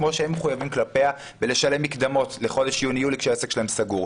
כמו שהם מחויבים כלפיה ולשלם מקדמות לחודש יוני-יולי כשהעסק שלהם סגור.